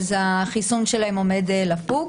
החיסון שלהם עומד לפוג